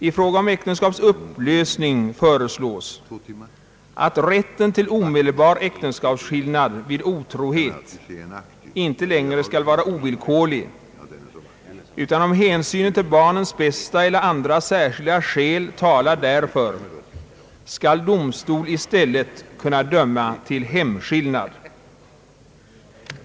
I fråga om äktenskaps upplösning föreslås att rätten till omgående äktenskapsskillnad vid otrohet inte längre skall vara ovillkorlig. Om hänsyn till barnens bästa eller andra skäl talar därför, skall domstol i stället kunna döma till hemskillnad.